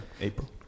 April